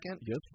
Yes